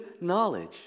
knowledge